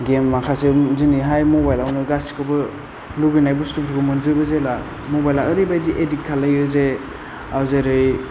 game माखासे दिनैहाय मबाल आवनो गासैखौबो लुबैनाय बुस्थुफोरखौ मोनो जेला मबाइला ओरैबादि एडिक्ट खालामो जे जेरै